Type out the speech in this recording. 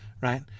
right